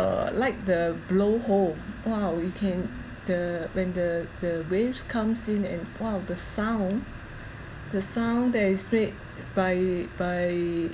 err like the blowhole !wow! we can the when the the waves comes in and !wow! the sound the sound that is make by by